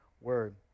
word